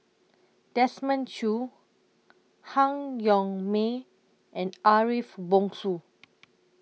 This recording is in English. Desmond Choo Han Yong May and Ariff Bongso